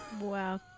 Wow